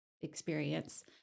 experience